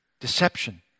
Deception